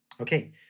Okay